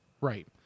Right